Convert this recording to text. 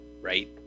Right